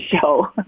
show